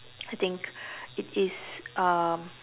I think it is um